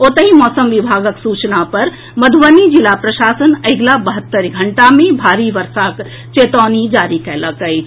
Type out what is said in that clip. ओतहि मौसम विभागक सूचना पर मधुबनी जिला प्रशासन अगिला बहत्तरि घंटा मे भारी वर्षाक चेतावनी जारी कएलक अछि